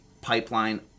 pipeline